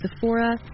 Sephora